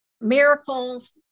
miracles